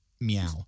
Meow